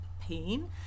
pain